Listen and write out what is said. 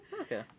Okay